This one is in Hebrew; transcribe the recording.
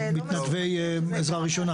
מתנדבי עזרה ראשונה.